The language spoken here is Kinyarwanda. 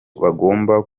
bagombaga